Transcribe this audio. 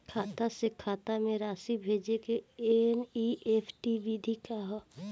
खाता से खाता में राशि भेजे के एन.ई.एफ.टी विधि का ह?